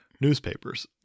newspapers